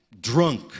drunk